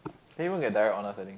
get direct honours I think